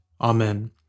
Amen